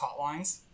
hotlines